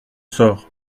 sort